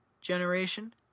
generation